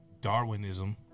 Darwinism